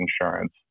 insurance